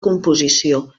composició